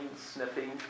sniffing